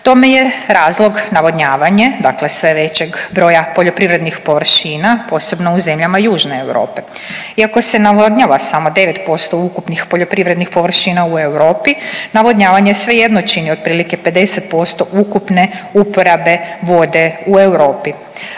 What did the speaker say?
Tome je razlog navodnjavanje, dakle sve većeg broja poljoprivrednih površina, posebno u zemljama Južne Europe. Iako se navodnjava samo 9% ukupnih poljoprivrednih površina u Europi navodnjavanje svejedno čini otprilike 50% ukupne uporabe vode u Europi.